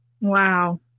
Wow